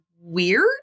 weird